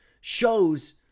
shows